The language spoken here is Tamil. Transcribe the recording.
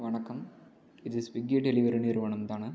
வணக்கம் இது ஸ்விகி டெலிவரி நிறுவனம் தானே